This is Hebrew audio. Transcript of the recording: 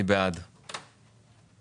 מבקש שלא לקטוע אותי.